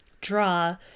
draw